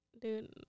Dude